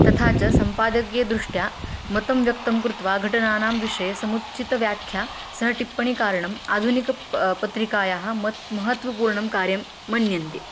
तथा च सम्पादकीयदृष्ट्या मतं व्यक्तं कृत्वा घटनानां विषये समुचितव्याख्या सह टिप्पणिकारणम् आधुनिक पत्रिकायाः मत् महत्वपूर्णं कार्यं मन्यन्ते